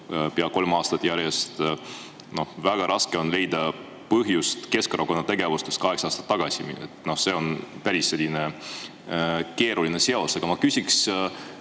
pea kolm aastat järjest langenud ja väga raske on leida põhjust Keskerakonna tegevusest kaheksa aastat tagasi. See on päris selline keeruline seos. Aga ma küsiksin